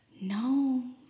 No